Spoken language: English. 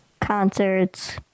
concerts